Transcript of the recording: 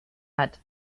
hat